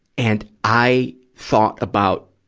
and i thought about,